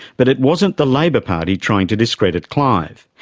but it wasn't the labor party trying to discredit clive.